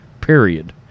Period